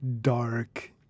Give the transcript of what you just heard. dark